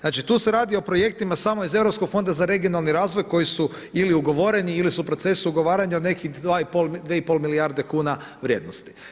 Znači tu se radi o projektima samo iz Europskog fonda za regionalni razvoj koji su ili ugovoreni ili su u procesu ugovaranja od nekih 2,5 milijarde kuna vrijednosti.